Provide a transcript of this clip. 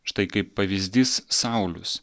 štai kaip pavyzdys saulius